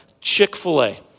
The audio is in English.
Chick-fil-A